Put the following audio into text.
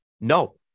No